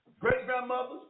great-grandmothers